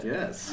Yes